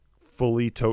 fully